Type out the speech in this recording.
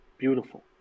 Beautiful